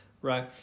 right